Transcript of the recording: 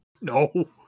no